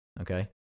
Okay